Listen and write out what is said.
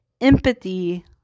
empathy